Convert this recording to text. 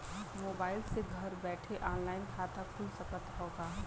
Mobile से घर बैठे ऑनलाइन खाता खुल सकत हव का?